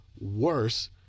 worse